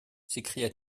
s’écria